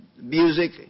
music